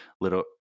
little